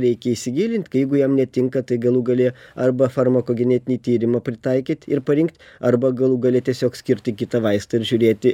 reikia įsigilint jeigu jam netinka tai galų gale arba farmakogenetinį tyrimą pritaikyt ir parinkt arba galų gale tiesiog skirti kitą vaistą ir žiūrėti